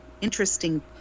interesting